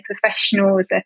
professionals